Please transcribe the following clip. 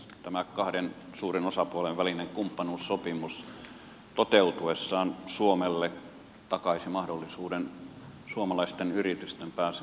tämä kahden suuren osapuolen välinen kumppanuussopimus toteutuessaan suomelle takaisi mahdollisuuden suomalaisten yritysten pääsyyn markkinoille